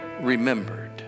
remembered